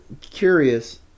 curious